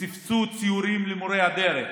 וסבסוד סיורים למורי הדרך.